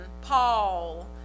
Paul